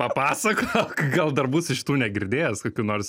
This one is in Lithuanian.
papasakok gal dar būsiu šitų negirdėjęs kokių nors